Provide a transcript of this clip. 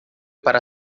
para